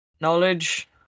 knowledge